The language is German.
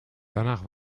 danach